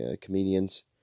comedians